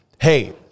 hey